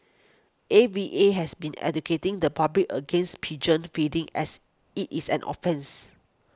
A V A has been educating the public against pigeon feeding as it is an offence